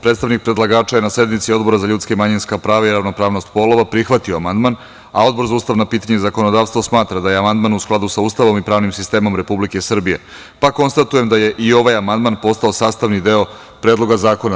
Predstavnik predlagača je na sednici Odbora za ljudska i manjinska prava i ravnopravnost polova prihvatio amandman, a Odbor za ustavna pitanja i zakonodavstvo smatra da je amandman u skladu sa Ustavom i pravnim sistemom Republike Srbije, p konstatujem da je i ovaj amandman postao sastavni deo Predloga zakona.